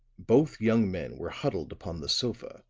both young men were huddled upon the sofa,